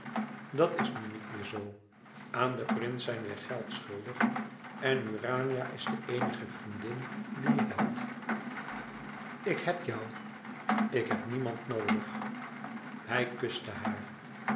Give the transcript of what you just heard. dat is nu niet meer zoo aan den prins zijn wij geld schuldig en urania is de eenige vriendin die je hebt ik heb jou ik heb niemand noodig hij kuste haar